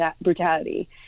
brutality